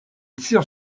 tire